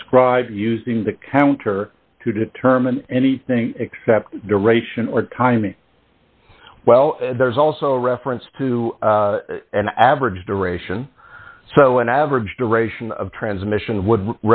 describe using the counter to determine anything except duration or timing well there's also reference to an average duration so an average duration of transmission would